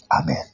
Amen